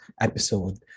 episode